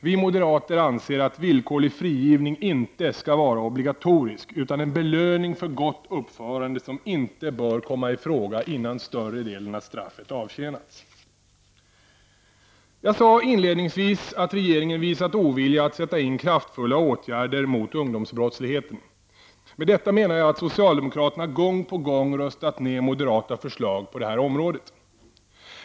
Vi moderater anser att villkorlig frigivning inte skall vara obligatorisk, utan en belöning för gott uppförande som inte bör komma i fråga förrän större delen av straffet avtjänats. Jag sade inledningsvis att regeringen visat ovilja att sätta in kraftfulla åtgärder mot ungdomsbrottsligheten. Med detta menar jag att socialdemokraterna gång på gång röstat ned moderata förslag på det här området.